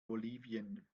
bolivien